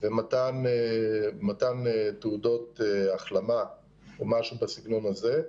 ומתן תעודות החלמה או משהו בסגנון הזה.